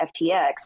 FTX